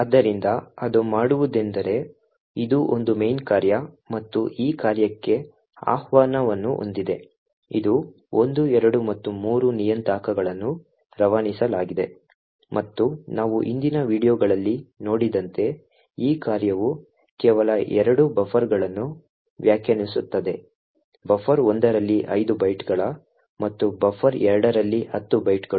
ಆದ್ದರಿಂದ ಅದು ಮಾಡುವುದೆಂದರೆ ಇದು ಒಂದು main ಕಾರ್ಯ ಮತ್ತು ಈ ಕಾರ್ಯಕ್ಕೆ ಆಹ್ವಾನವನ್ನು ಹೊಂದಿದೆ ಇದು 1 2 ಮತ್ತು 3 ನಿಯತಾಂಕಗಳನ್ನು ರವಾನಿಸಲಾಗಿದೆ ಮತ್ತು ನಾವು ಹಿಂದಿನ ವೀಡಿಯೊಗಳಲ್ಲಿ ನೋಡಿದಂತೆ ಈ ಕಾರ್ಯವು ಕೇವಲ ಎರಡು ಬಫರ್ಗಳನ್ನು ವ್ಯಾಖ್ಯಾನಿಸುತ್ತದೆ ಬಫರ್ 1ರಲ್ಲಿ 5 ಬೈಟ್ಗಳ ಮತ್ತು ಬಫರ್ 2ರಲ್ಲಿ 10 ಬೈಟ್ಗಳು